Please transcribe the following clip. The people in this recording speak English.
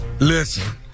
Listen